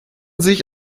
sich